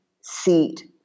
seat